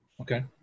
Okay